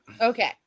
Okay